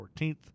14th